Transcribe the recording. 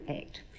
Act